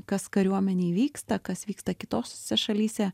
kas kariuomenėj vyksta kas vyksta kitose šalyse